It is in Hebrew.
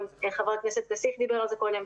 גם חבר הכנסת כסיף דיבר על זה קודם,